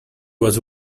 was